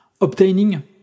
Obtaining